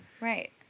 Right